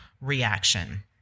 reaction